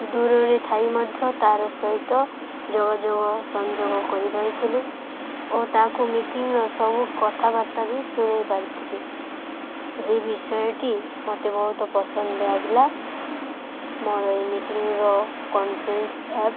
ଦୂରରେ ଥାଇ ମଧ୍ୟ ତା'ର ସହିତ ଯୋଗାଯୋଗ ସଂଯୋଗ କରିପାରିଥିଲି ଓ ତା'କୁ ମିଟିଂର ସବୁ କଥାବାର୍ତ୍ତା ବି ଶୁଣାଇ ପାରିଥିଲି ଏହି ବିଷୟଟି ମୋତେ ବହୁତ ପସନ୍ଦ ଲାଗିଲା ମୋର ଏହି ମିଟିଂର କନଫରେନ୍ସ ଆପ୍